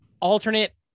alternate